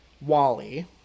Wally